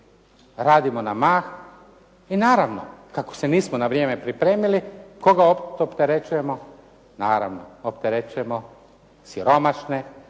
radimo na mah i naravno kako se nismo na vrijeme pripremili, koga opterećujemo? Naravno opterećujemo siromašnije,